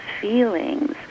feelings